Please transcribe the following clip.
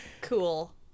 Cool